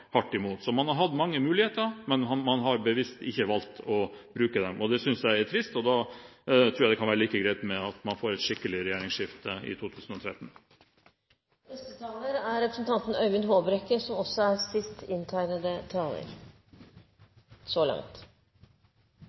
hardt imot. Så man har hatt mange muligheter, men man har bevisst valgt ikke å bruke dem. Det synes jeg er trist, og da tror jeg det kan være like greit at man får et skikkelig regjeringsskifte i 2013. Som